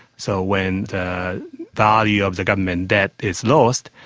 so when the value of the government debt is lost,